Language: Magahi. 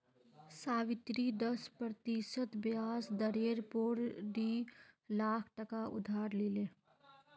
सावित्री दस प्रतिशत ब्याज दरेर पोर डी लाख टका उधार लिले